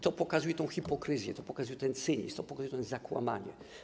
To pokazuje tę hipokryzję, to pokazuje ten cynizm, to pokazuje to zakłamanie.